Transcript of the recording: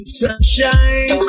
sunshine